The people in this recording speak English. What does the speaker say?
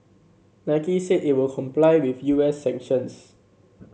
Nike said it would comply with U S sanctions